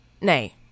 nay